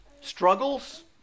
struggles